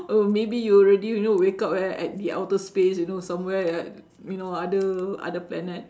oh maybe you already you know wake up right at the outer space you know somewhere right you know other other planet